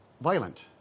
violent